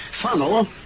Funnel